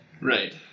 Right